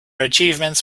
achievements